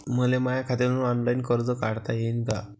मले माया खात्यातून ऑनलाईन कर्ज काढता येईन का?